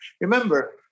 Remember